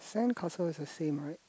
sandcastle is the same right